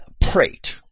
prate